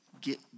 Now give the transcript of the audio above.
get